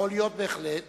יכול להיות בהחלט